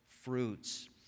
fruits